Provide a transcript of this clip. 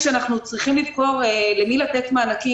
כשאנחנו צריכים להחליט למי לתת מענקים